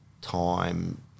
time